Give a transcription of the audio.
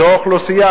זו אוכלוסייה,